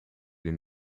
den